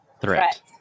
Threat